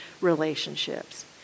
relationships